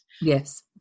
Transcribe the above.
Yes